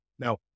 Now